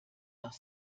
noch